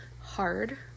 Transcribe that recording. hard